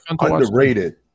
underrated